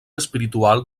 espiritual